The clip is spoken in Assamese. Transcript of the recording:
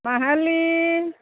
মাহিলি